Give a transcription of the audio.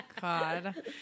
God